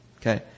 Okay